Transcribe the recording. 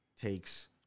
Takes